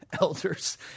elders